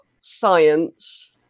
science